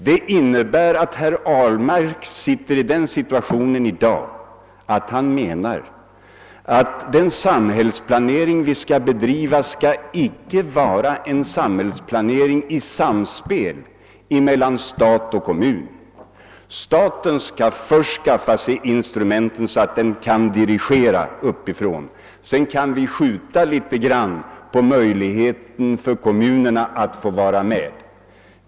Det innebär att herr Ahlmark måste mena att samhällsplaneringen icke skall bedrivas i samspel mellan stat och kommun, utan att staten först skall skaffa sig instrument så att den kan dirigera uppifrån, och sedan kan vi skjuta litet på möjligheterna för kommunerna att delta.